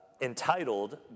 Entitled